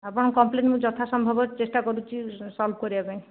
ଆପଣଙ୍କ କମ୍ପ୍ଲେନ୍ ମୁଁ ଯଥା ସମ୍ଭବ ଚେଷ୍ଟା କରୁଛି ସଲ୍ଭ କରିବା ପାଇଁ